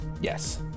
Yes